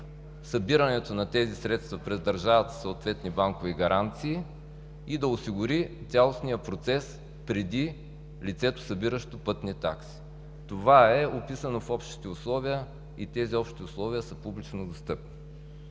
събирането на тези средства през държавата със съответни банкови гаранции и да осигури цялостния процес преди лицето, събиращо пътни такси. Това е описано в общите условия и те са публично достъпни.